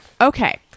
Okay